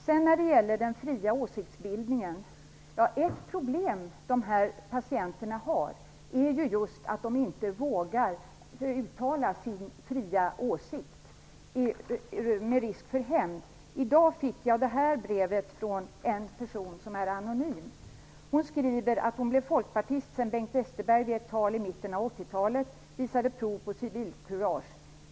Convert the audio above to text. När det sedan gäller den fria åsiktsbildningen har dessa patienter det problemet att de med tanke på risken för hämnd inte vågar uttala sin fria åsikt. Jag fick i dag ett brev från en person som är anonym. Hon skriver att hon blev folkpartist sedan Bengt Westerberg i ett tal i mitten av 80-talet visade prov på civilkurage.